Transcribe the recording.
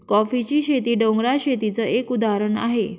कॉफीची शेती, डोंगराळ शेतीच एक उदाहरण आहे